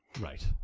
Right